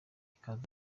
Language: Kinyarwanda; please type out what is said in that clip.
ikaze